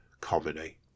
comedy